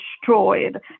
destroyed